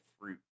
fruit